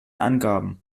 angaben